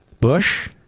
Bush